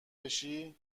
بشی